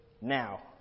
now